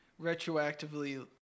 retroactively